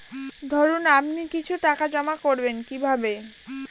ধরুন আপনি কিছু টাকা জমা করবেন কিভাবে?